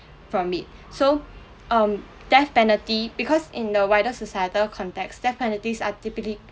from it so um death penalty because in the wider societal context death penalties are typically